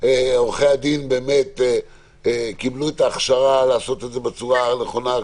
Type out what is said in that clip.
עורכי הדין קיבלו את ההכשרה לעשות את זה בצורה הנכונה?